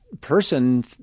person